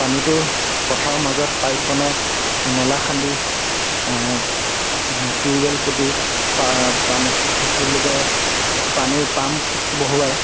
পানীটো পথাৰৰ মাজত পাইপ বনাই নলা খান্দি টিউবেল পুতি পা পানী কি বুলি কয় পানীৰ পাম্প বহুৱাই